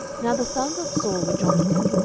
now the sons of saul were jonathan,